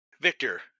Victor